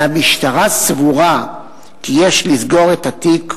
והמשטרה סבורה כי יש לסגור את התיק,